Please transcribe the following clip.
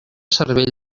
cervell